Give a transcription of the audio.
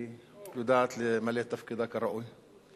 היא יודעת למלא את תפקידה כראוי.